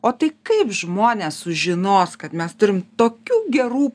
o tai kaip žmonės sužinos kad mes turim tokių gerų